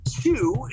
two